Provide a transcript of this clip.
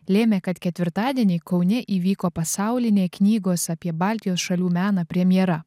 lėmė kad ketvirtadienį kaune įvyko pasaulinė knygos apie baltijos šalių meną premjera